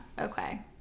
okay